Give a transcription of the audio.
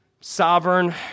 sovereign